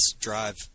drive